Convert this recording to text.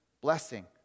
blessing